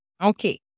Okay